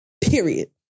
period